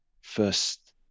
first